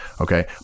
okay